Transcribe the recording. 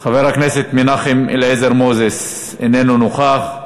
חבר הכנסת מנחם אליעזר מוזס, איננו נוכח,